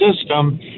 system